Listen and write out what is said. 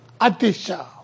Atisha